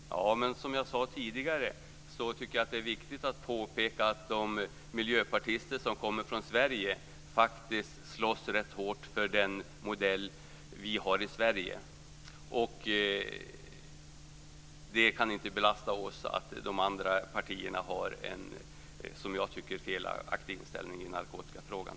Fru talman! Som jag sade tidigare tycker jag att det är viktigt att påpeka att de miljöpartister som kommer från Sverige faktiskt slåss rätt hårt för den modell vi har i Sverige. Det kan inte belasta oss att de andra partierna har en, som jag tycker, felaktig inställning i narkotikafrågan.